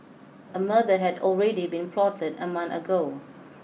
a murder had already been plotted a month ago